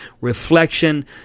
reflection